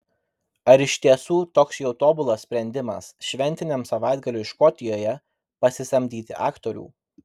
ar iš tiesų toks jau tobulas sprendimas šventiniam savaitgaliui škotijoje pasisamdyti aktorių